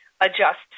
adjust